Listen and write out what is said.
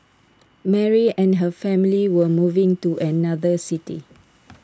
Mary and her family were moving to another city